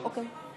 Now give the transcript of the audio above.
אוקיי.